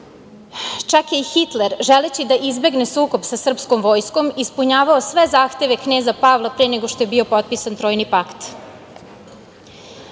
čak je i Hitler, želeći da izbegne sukob sa srpskom vojskom, ispunjavao sve zahteve kneza Pavla pre nego što je bio potpisan Trojni pakt. Naša